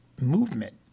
movement